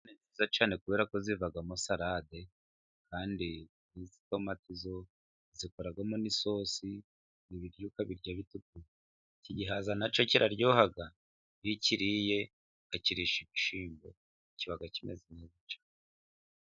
Ni nziza cyane kubera ko zivagamo salade kandi, izi nyanya zo uzikoramo n' isosi, ibiryo ukabirya biryo. Iki gihaza nacyo kiraryoha iyo ukiriye ukakirisha, ibishimbo kiba kimeze neza cyane.